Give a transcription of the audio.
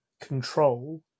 control